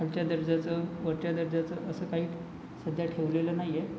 खालच्या दर्जाचं वरच्या दर्जाचं असं काही सध्या ठेवलेलं नाही आहे